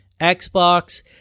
Xbox